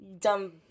Dumb